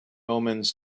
omens